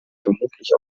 vermutlich